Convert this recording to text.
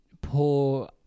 poor